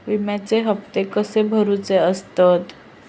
विम्याचे हप्ते कसे भरुचे असतत?